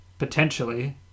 Potentially